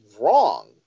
wrong